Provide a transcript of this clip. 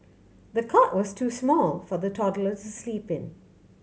the cot was too small for the toddler to sleep in